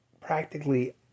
practically